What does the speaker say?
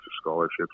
scholarships